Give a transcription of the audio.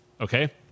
Okay